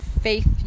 Faith